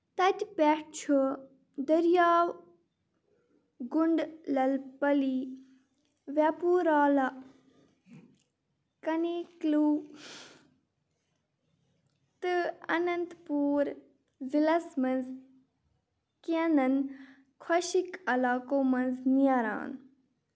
تتہِ پٮ۪ٹھ چھُ دٔریاو گُنٛڈ لَلپٔلی ویٚپوٗرالا کَنیکٕلوٗ تہٕ اَنٛنت پوٗر ضِلعس منٛز کینٛنَن خۄشٕکۍ علاقو منٛز نیران